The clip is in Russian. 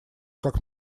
как